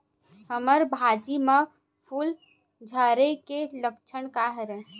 हमर भाजी म फूल झारे के लक्षण का हरय?